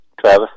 Travis